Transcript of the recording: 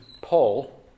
Paul